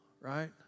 right